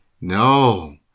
No